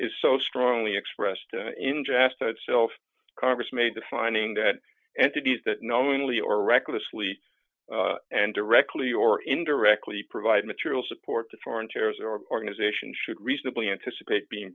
is so strongly expressed ingested so if congress made a finding that entities that knowingly or recklessly and directly or indirectly provide material support to foreign terrorist organization should reasonably anticipate being